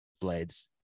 Blades